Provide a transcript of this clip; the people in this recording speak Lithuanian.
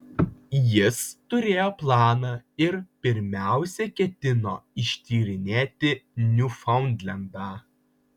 jis turėjo planą ir pirmiausia ketino ištyrinėti niufaundlendą